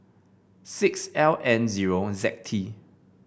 six L N zero Z T